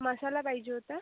मसाला पाहिजे होता